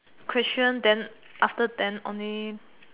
question then after then only